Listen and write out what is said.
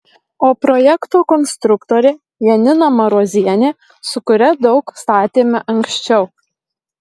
o projekto konstruktorė janina marozienė su kuria daug statėme anksčiau